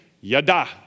Yada